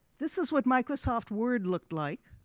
this is what microsoft word looked like.